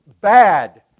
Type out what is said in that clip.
bad